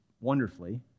wonderfully